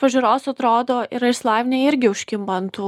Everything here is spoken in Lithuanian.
pažiūros atrodo yra išsilavinę irgi užkimba ant tų